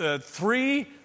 three